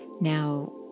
Now